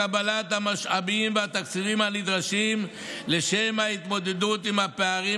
והתקציבים הנדרשים לשם ההתמודדות עם הפערים